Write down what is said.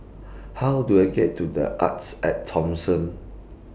How Do I get to The Artes At Thomson